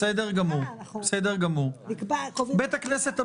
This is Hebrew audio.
בית הכנסת המרכזי,